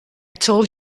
told